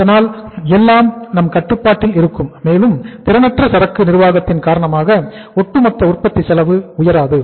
அதனால் எல்லாம் நம் கட்டுப்பாட்டில் இருக்கும் மேலும் திறனற்ற சரக்கு நிர்வாகத்தின் காரணமாக ஒட்டுமொத்த உற்பத்தி செலவு உயராது